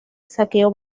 saqueo